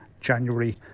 january